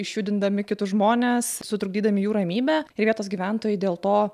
išjudindami kitus žmones sutrukdydami jų ramybę ir vietos gyventojai dėl to